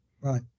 right